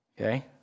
Okay